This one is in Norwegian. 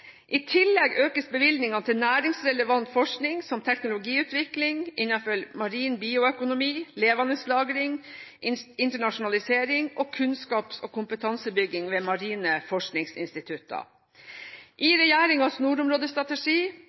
I tillegg økes bevilgningene til næringsrelevant forskning som teknologiutvikling, utvikling av marin bioøkonomi, levendelagring, internasjonalisering og kunnskaps- og kompetanseoppbygging ved marine forskningsinstitutter. I regjeringens nordområdestrategi